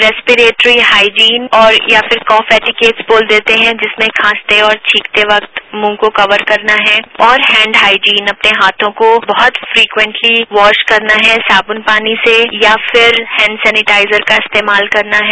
respiratory hygiene और या फिर कॉफ एटिकेट्स बोल देते हैं जिसमें खांसते और छींकते वक्त मुंह को कवर करना है और हैंड हाइजिन अपने हाथों को बहुत फ्रीक्वेटली वॉश करना है साबुन पानी से या फिर हैंड सैनीटाइजर का इस्तेमाल करना है